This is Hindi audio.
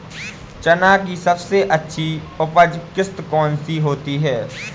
चना की सबसे अच्छी उपज किश्त कौन सी होती है?